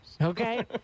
Okay